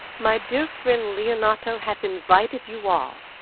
my dear friend leonato hath invited you all.